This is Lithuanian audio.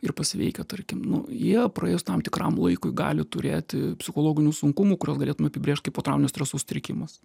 ir pasveikę tarkim nu jie praėjus tam tikram laikui gali turėti psichologinių sunkumų kuriuos galėtume apibrėžt kaip potrauminio streso sutrikimas